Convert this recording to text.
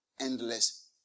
endless